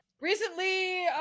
recently